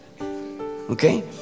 Okay